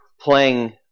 playing